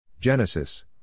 Genesis